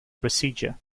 procedure